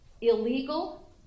illegal